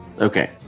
Okay